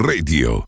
Radio